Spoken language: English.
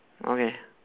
okay